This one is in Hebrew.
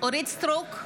אורית מלכה סטרוק,